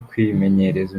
kwimenyereza